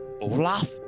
Olaf